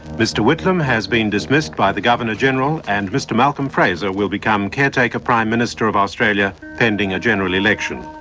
mr whitlam has been dismissed by the governor-general and mr malcolm fraser will become caretaker prime minister of australia pending a general election.